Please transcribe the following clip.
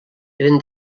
eren